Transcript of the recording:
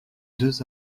deux